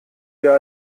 ihr